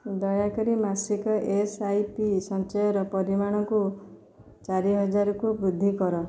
ଦୟାକରି ମାସିକ S I P ସଞ୍ଚୟର ପରିମାଣକୁ ଚାରିହଜାର କୁ ବୃଦ୍ଧି କର